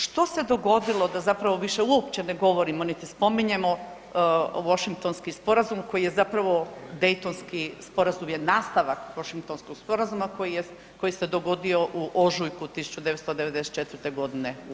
Što se dogodilo da zapravo više uopće ne govorimo niti spominjemo Washingtonski sporazum koji je zapravo Daytonski sporazum je nastavak Washingtonskog sporazuma koji se dogodio u ožujku 1994. godine u Washingtonu.